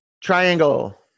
Triangle